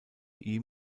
ihm